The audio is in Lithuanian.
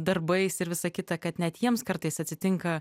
darbais ir visa kita kad net jiems kartais atsitinka